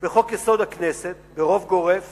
לחוק-יסוד: הכנסת, ברוב גורף